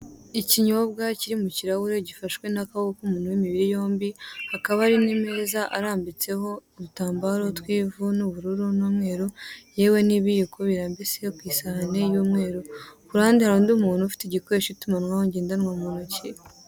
Ikinyobwa kiri mukirahure gifashwe nakaboko k'umuntu w'imibiri yombi hakaba hari nimeza arambitseho udutambaro twivu n'ubururu n'umweru yewe nibiyiko birambitse kwisahane y'umweru kuruhande hari undi muntu ufite igikoresho kitumanaho ngendanwa muntoki.